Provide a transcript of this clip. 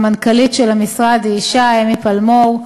המנכ"לית של המשרד היא אישה, אמי פלמור,